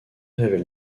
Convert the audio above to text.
révèle